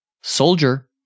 Soldier